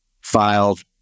filed